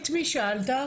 את מי שאלת?